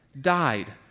died